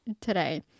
today